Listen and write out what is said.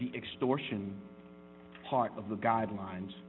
the extortion part of the guidelines